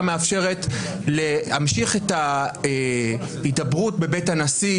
מאפשרת להמשיך את ההידברות בבית הנשיא,